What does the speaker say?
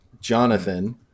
Jonathan